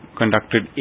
conducted